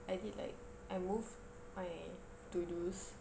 I did like I moved my to dos